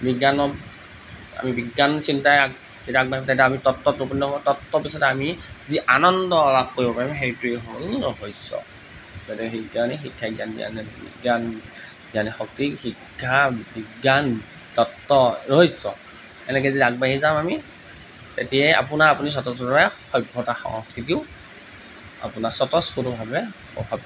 বিজ্ঞানত আমি বিজ্ঞান চিন্তাৰে যেতিয়া আমি আগবাঢ়োঁ তেতিয়া আমি তত্ত্বত উপনীত হ'ম তত্ত্বৰ পিছতে আমি যি আনন্দ লাভ কৰিব পাৰিম সেইটোৱেই হ'ল ৰহস্য গতিকে সেইকাৰণেই শিক্ষাই জ্ঞান জ্ঞানেই বিজ্ঞান বিজ্ঞানেই শক্তি শিক্ষা বিজ্ঞান তত্ত্ব ৰহস্য এনেকৈ যদি আগবাঢ়ি যাম আমি তেতিয়া আপোনাৰ আপুনি স্বতঃস্ফূৰ্তভাৱে সভ্যতা সংস্কৃতিও আপোনাৰ স্বতঃস্ফূৰ্তভাৱে